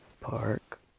Park